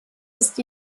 ist